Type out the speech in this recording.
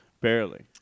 Barely